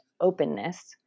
openness